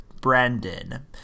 Brandon